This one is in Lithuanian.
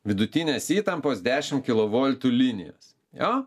vidutinės įtampos dešimt kilo voltų linijos jo